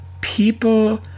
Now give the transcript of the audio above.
people